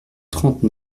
trente